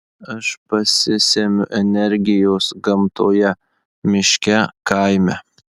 aš pasisemiu energijos gamtoje miške kaime